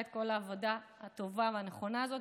זאת הייתה החלטה לא נכונה לשחרר אותו,